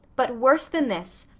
but worse than this,